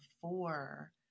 four